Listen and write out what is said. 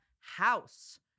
house